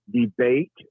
debate